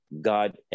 god